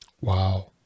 wow